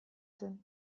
zen